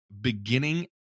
beginning